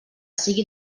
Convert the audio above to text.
sigui